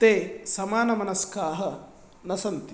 ते समानमनस्काः न सन्ति